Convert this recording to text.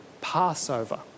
Passover